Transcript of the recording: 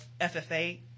ffa